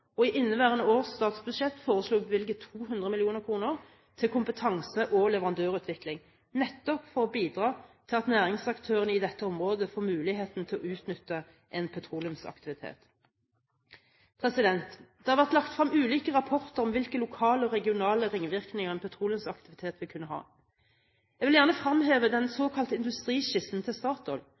og i inneværende års statsbudsjett foreslo vi å bevilge 200 mill. kr til kompetanse- og leverandørutvikling, nettopp for å bidra til at næringsaktørene i dette området får muligheten til å utnytte en petroleumsaktivitet. Det har vært lagt frem ulike rapporter om hvilke lokale og regionale ringvirkninger en petroleumsaktivitet vil kunne ha. Jeg vil gjerne fremheve den såkalte industriskissen til Statoil